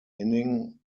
inning